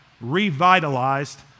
revitalized